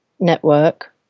network